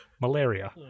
Malaria